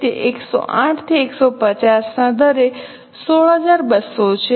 તે 108 થી 150 ના દરે 16200 છે